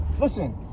listen